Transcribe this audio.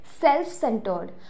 self-centered